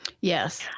Yes